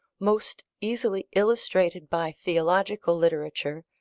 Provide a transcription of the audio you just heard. most easily illustrated by theological literature,